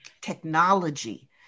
technology